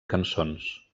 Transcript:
cançons